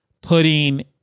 putting